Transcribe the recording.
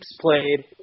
played